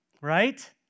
Right